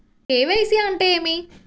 KYC అంటే ఏమి?